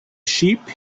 sheep